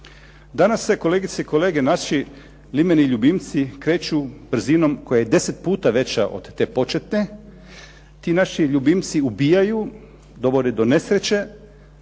Danas se kolegice i kolege naši limeni ljubimci kreću brzinom koja je 10 puta veća od te početne. Ti naši ljubimci ubijaju, dovode do nesreće,